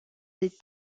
des